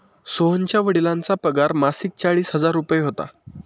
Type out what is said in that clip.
सोहनच्या वडिलांचा पगार मासिक चाळीस हजार रुपये होता